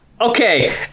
Okay